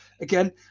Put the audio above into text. Again